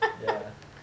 ya